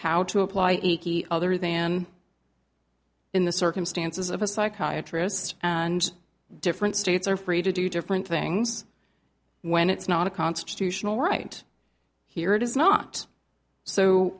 how to apply equally other than in the circumstances of a psychiatry has and different states are free to do different things when it's not a constitutional right here it is not so